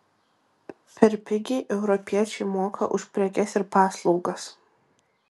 per pigiai europiečiai moka už prekes ir paslaugas